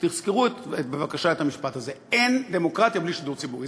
תזכרו בבקשה את המשפט הזה: אין דמוקרטיה בלי שידור ציבורי.